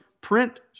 Print